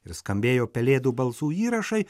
ir skambėjo pelėdų balsų įrašai